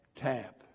tap